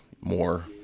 more